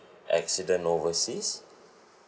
accident overseas